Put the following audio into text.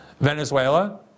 Venezuela